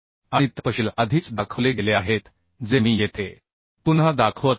आणि तपशील आधीच दाखवले गेले आहेत जे मी येथे पुन्हा दाखवत आहे